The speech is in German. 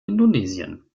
indonesien